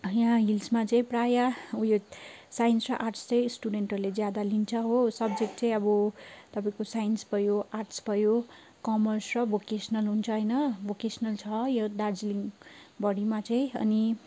यहाँ हिल्समा चाहिँ प्रायः उयो साइन्स र आर्ट्स चाहिँ स्टुडेन्टहरूले ज्यादा लिन्छ हो सब्जेक्ट चाहिँ अब तपाईँको साइन्स भयो आर्ट्स भयो कमर्स र भोकेसनल हुन्छ होइन भोकेसनल छ यो दार्जिलिङभरिमा चाहिँ अनि